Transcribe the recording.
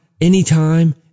anytime